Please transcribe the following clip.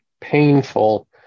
painful